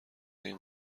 این